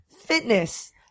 fitness